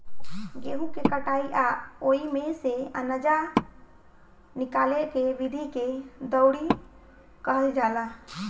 गेहूँ के कटाई आ ओइमे से आनजा निकाले के विधि के दउरी कहल जाला